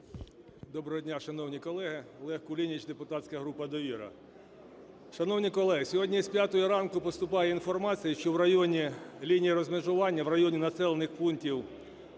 Доброго дня, шановні колеги. Олег Кулініч, депутатська група "Довіра". Шановні колеги, сьогодні з 5-ї ранку поступає інформація, що в районі лінії розмежування, в районі населених пунктів